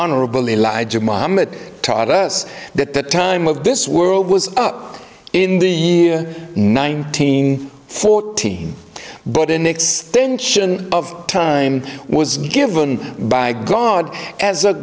honorable elijah muhammad taught us that the time of this world was up in the year nineteen fourteen but an extension of time was given by god as